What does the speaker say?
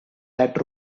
that